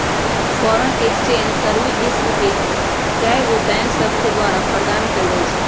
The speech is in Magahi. फॉरेन एक्सचेंज सर्विस विश्व के कएगो बैंक सभके द्वारा प्रदान कएल जाइ छइ